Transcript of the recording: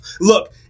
Look